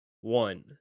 one